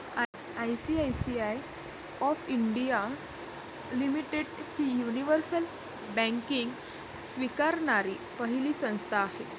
ICICI of India limited ही universal banking स्वीकारणारी पहिली संस्था आहे